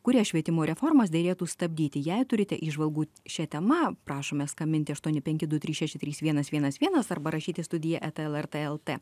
kurias švietimo reformos derėtų stabdyti jei turite įžvalgų šia tema prašome skambinti aštuoni penki du trys šeši trys vienas vienas vienas arba rašyti studija eta lrt lt